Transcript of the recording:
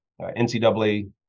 NCAA